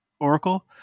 Oracle